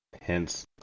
Hence